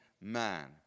man